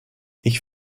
ich